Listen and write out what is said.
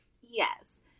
Yes